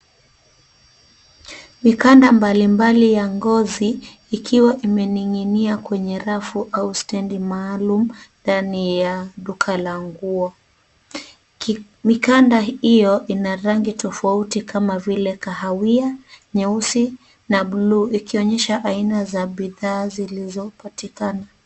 Mikanda mbali mbali ya ngozi ikiwa imening'inia kwenye rafu au stendi maalum ndani ya duka la nguo. Mikanda hio inarangi tofauti kama vile kahawia, nyeusi na bluu ikionyesha aina za bidhaa zilizopatikana.